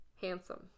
Handsome